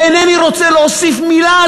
ואינני רוצה להוסיף מילה,